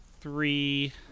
three